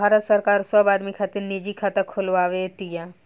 भारत सरकार सब आदमी खातिर निजी खाता खोलवाव तिया